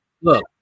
look